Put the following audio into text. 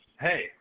Hey